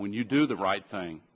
when you do the right thing